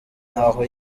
n’aho